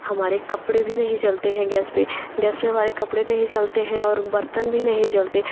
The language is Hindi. हमारे कपड़े भी नहीं जलते हैं गैस पर गैस पर हमारे कपड़े नहीं जलते हैं और बर्तन भी नहीं जलती